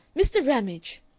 mr. ramage,